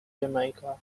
jamaica